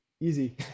easy